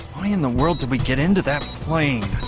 why in the world did we get into that plane?